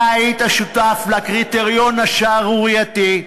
אתה היית שותף לקריטריון השערורייתי,